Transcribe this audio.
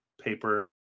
paper